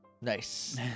Nice